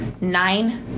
nine